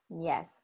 Yes